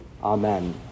Amen